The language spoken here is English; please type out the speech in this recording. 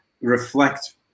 reflect